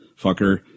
fucker